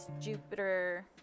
Jupiter